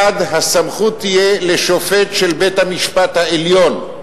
הסמכות תהיה לשופט של בית-המשפט העליון.